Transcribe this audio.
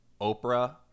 Oprah